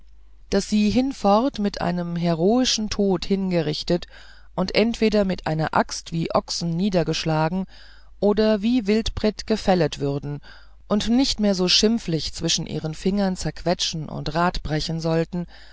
daß sie hinfort mit einem heroischen tod hingerichtet und entweder mit einer axt wie ochsen niedergeschlagen oder wie wildpret gefället würden und nicht mehr so schimpflich zwischen ihren fingern zerquetschen und radbrechen sollten